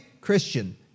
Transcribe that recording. Christian